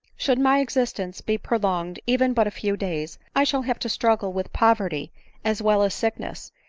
should my existence be prolonged even but a few days, i shall have to struggle with poverty as well as sickness,